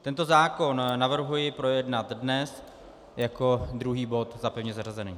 Tento zákon navrhuji projednat dnes jako druhý bod za pevně zařazený.